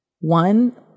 One